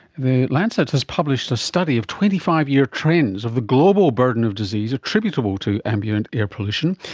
the lancet has published a study of twenty five year trends of the global burden of disease attributable to ambient air pollution,